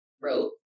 wrote